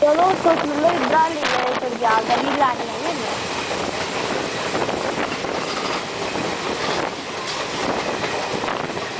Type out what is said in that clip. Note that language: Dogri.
चलो तुस मतलब इद्धरा लेई जाएओ कड़कयालै दा फ्ही मिगी लैने गी आई जाहगे